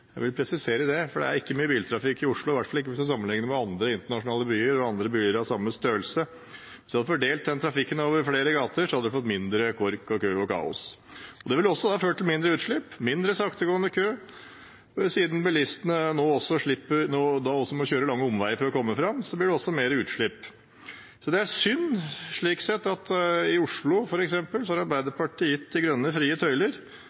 Jeg vil presisere det, for det er ikke mye biltrafikk i Oslo, i hvert fall ikke hvis man sammenligner med andre internasjonale byer og byer på samme størrelse. Hvis man hadde fordelt trafikken over flere gater, hadde man fått mindre kork, kø og kaos. Det ville også ført til mindre utslipp og mindre saktegående kø. Siden bilistene nå må kjøre lange omveier for å komme fram, blir det også mer utslipp. Det er slik sett synd at i f.eks. Oslo har Arbeiderpartiet gitt Miljøpartiet De Grønne frie tøyler